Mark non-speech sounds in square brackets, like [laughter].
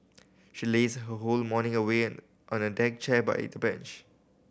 she lazed her whole morning away [unintelligible] on a deck chair by [unintelligible] bench